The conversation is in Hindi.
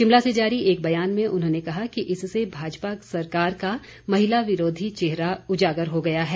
शिमला से जारी एक बयान में उन्होंने कहा कि इससे भाजपा सरकार का महिला विरोधी चेहरा उजागर हो गया है